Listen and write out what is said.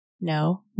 No